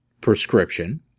prescription